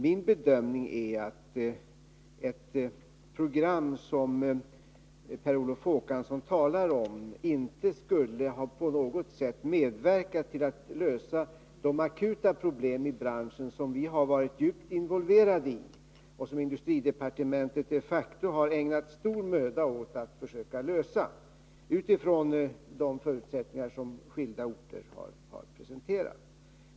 Min bedömning är att ett sådant program som Per Olof Håkansson talar om inte på något sätt skulle ha medverkat till att lösa de akuta problem i branschen som vi har varit djupt involverade i och som industridepartementet de facto ägnat stor möda åt att försöka lösa utifrån de förutsättningar som skilda orter har presenterat.